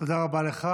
תודה רבה לך.